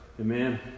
Amen